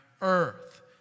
earth